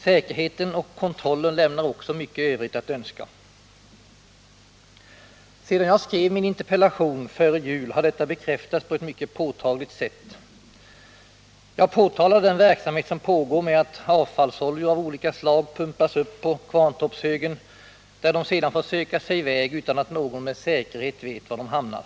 Säkerheten och kontrollen lämnar också mycket övrigt att önska. Sedan jag skrev min interpellation före jul har detta bekräftats på ett mycket påtagligt sätt. I interpellationen påtalade jag den verksamhet som pågår med att avfallsoljor av olika slag pumpas upp på Kvarntorpshögen, där de sedan får söka sig väg utan att någon med säkerhet vet var de hamnar.